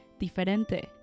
diferente